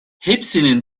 hepsinin